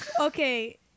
Okay